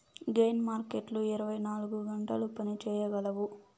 gain మార్కెట్లు ఇరవై నాలుగు గంటలు పని చేయగలవు